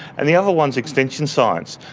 and the other one is extension science.